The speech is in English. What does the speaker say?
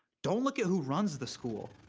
don't look at who runs the school.